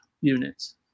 units